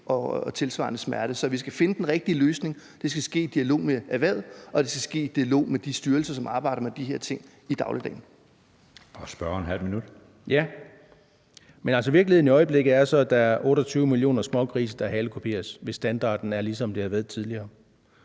og tilsvarende smerte. Så vi skal finde den rigtige løsning. Det skal ske i dialog med erhvervet, og det skal ske i dialog med de styrelser, som arbejder med de her ting i dagligdagen. Kl. 15:48 Anden næstformand (Jeppe Søe): Spørgeren, ½ minut. Kl. 15:48 Søren Egge Rasmussen (EL): Men altså, virkeligheden i øjeblikket er så, at der er 28 millioner smågrise, der halekuperes, hvis standarden er, ligesom den har været tidligere.